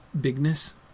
bigness